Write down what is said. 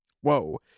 Whoa